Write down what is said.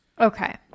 Okay